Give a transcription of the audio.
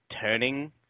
turning